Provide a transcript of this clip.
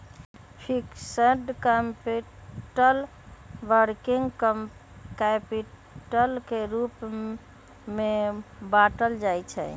fixed capital, working capital के रूप में बाटल जाइ छइ